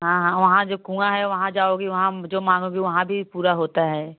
हाँ हाँ वहाँ जो कुआँ है वहाँ जाओगी वहाँ जो माँगोगी वहाँ भी पूरा होता है